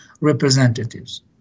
representatives